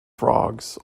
frogs